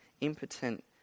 impotent